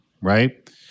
right